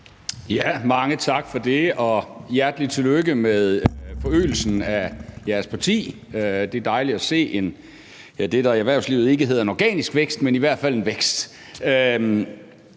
Mange tak for det, og hjertelig tillykke med forøgelsen i jeres parti. Det er dejligt at se det, der i erhvervslivet ikke hedder en organisk vækst, men i hvert fald en vækst,